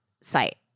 site